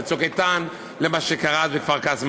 ב"צוק איתן" למה שקרה אז בכפר-קאסם,